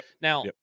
Now